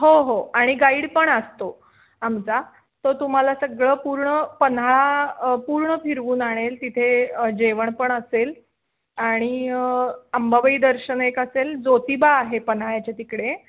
हो हो आणि गाईड पण असतो आमचा तो तुम्हाला सगळं पूर्ण पन्हाळा पूर्ण फिरवून आणेल तिथे जेवण पण असेल आणि आंबाबाई दर्शन एक असेल ज्योतिबा आहे पन्हाळ्याच्या तिकडे